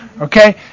Okay